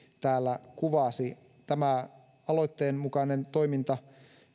täällä kuvasi tämä aloitteen mukainen toiminta